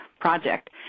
project